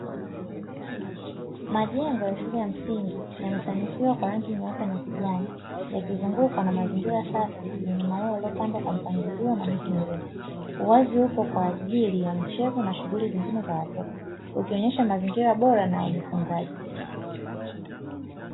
Majengo ya shule ya msingi yamesanifiwa kwa rangi nyeupe na kijani ya kizungukwa na mazingira safi yenye maua yaliyopandwa kwa mpangilio na miti mirefu. Uwazi upo kwa ajili ya michezo na shughuli zingine za watoto ukionyesha mazingira bora na ujifunzaji.